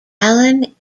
allen